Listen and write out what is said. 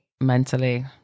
mentally